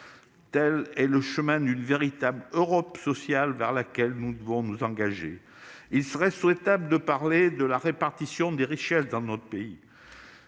Tel est le chemin d'une véritable Europe sociale vers laquelle nous devons nous engager. Il serait souhaitable de parler de la répartition des richesses dans notre pays.